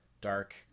dark